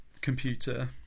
computer